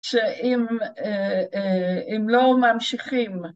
‫שאם לא ממשיכים...